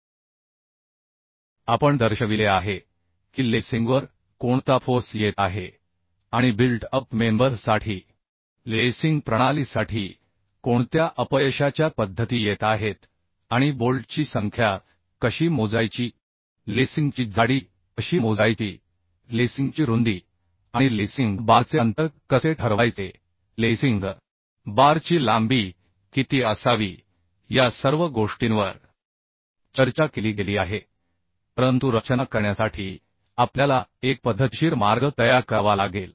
आता आधीच्या व्याख्यानात आपण दर्शविले आहे की लेसिंगवर कोणता फोर्स येत आहे आणि बिल्ट अप मेंबर साठी लेसिंग प्रणालीसाठी कोणत्या अपयशाच्या पद्धती येत आहेत आणि बोल्टची संख्या कशी मोजायची लेसिंगची जाडी कशी मोजायची लेसिंगची रुंदी आणि लेसिंग बारचे अंतर कसे ठरवायचे लेसिंग बारची लांबी किती असावी या सर्व गोष्टींवर चर्चा केली गेली आहे परंतु रचना करण्यासाठी आपल्याला एक पद्धतशीर मार्ग तयार करावा लागेल